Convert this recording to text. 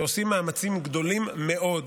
שעושים מאמצים גדולים מאוד,